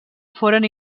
foren